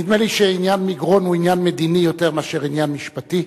נדמה לי שעניין מגרון הוא עניין מדיני יותר מאשר עניין משפטי,